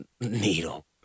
needle